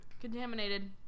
Contaminated